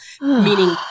Meaning